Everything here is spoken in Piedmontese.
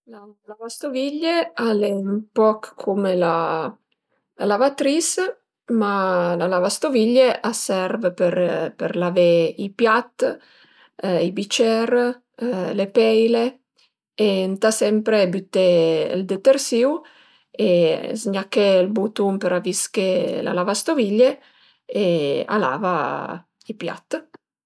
La lavastoviglie al e ën poch cume la lavatris, ma la lavastoviglie a serv për për lavé i piat, i bicer, le peile e ëntà sempre büté ël detersìu e zgnaché ël butun për avisché la lavastoviglie e a lava i piat